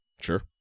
sure